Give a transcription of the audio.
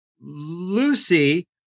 Lucy